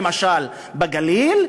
למשל בגליל,